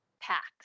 packs